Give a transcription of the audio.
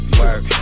work